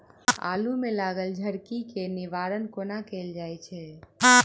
आलु मे लागल झरकी केँ निवारण कोना कैल जाय छै?